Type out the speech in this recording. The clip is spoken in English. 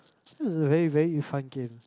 that's a very very fun game